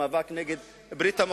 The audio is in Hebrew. במאבק נגד ברית-המועצות.